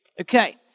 Okay